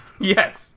Yes